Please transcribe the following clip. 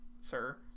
sir